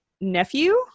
nephew